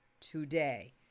today